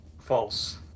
False